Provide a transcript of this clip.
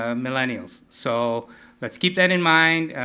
ah millennials. so let's keep that in mind,